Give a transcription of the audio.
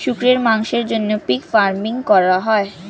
শুকরের মাংসের জন্য পিগ ফার্মিং করা হয়